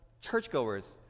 churchgoers